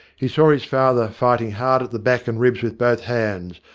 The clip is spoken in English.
he saw his father fighting hard at the back and ribs with both hands,